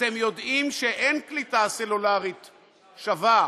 אתם יודעים שאין קליטה סלולרית שווה,